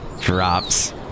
drops